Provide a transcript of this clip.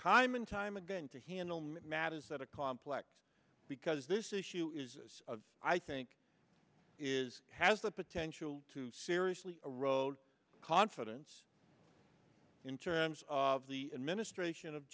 time and time again to handle matters that are complex because this issue is of i think is has the potential to seriously road confidence in terms of the administration of